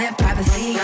privacy